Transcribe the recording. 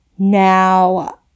Now